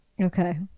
Okay